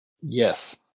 Yes